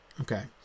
Okay